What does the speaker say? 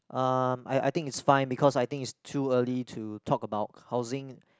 ah I I think it's fine because I think it's too early to talk about housing